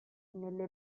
nelle